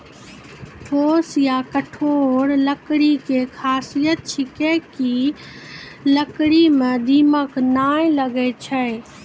ठोस या कठोर लकड़ी के खासियत छै कि है लकड़ी मॅ दीमक नाय लागैय छै